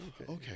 okay